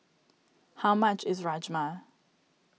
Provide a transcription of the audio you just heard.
how much is Rajma